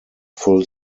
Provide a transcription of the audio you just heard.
full